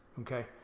okay